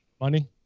Money